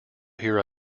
hear